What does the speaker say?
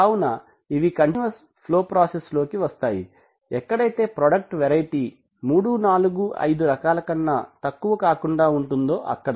కావున ఇవి continuous flow process లోకి వస్తాయి యెక్కడైతే ప్రాడక్ట్ వెరైటీ 345 రకాల కన్నా తక్కువ కాకుండా ఉంటుందో అక్కడ